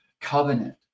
covenant